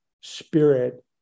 spirit